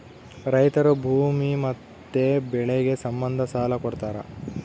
ರೈತರು ಭೂಮಿ ಮತ್ತೆ ಬೆಳೆಗೆ ಸಂಬಂಧ ಸಾಲ ಕೊಡ್ತಾರ